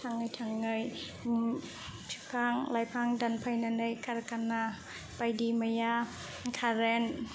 थाङै थाङै बिफां लाइफां दानफायनानै खारखाना बायदिमैया कारेन्ट